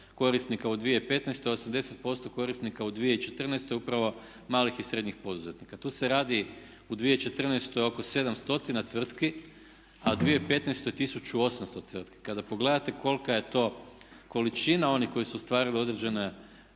korisnika u 2015., 80% korisnika u 2014. upravo malih i srednjih poduzetnika. Tu se radi u 2014. oko 7 stotina tvrtki a u 2015. 1800 tvrtki. Kada pogledate kolika je to količina onih koji su ostvarili određene,